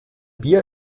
bier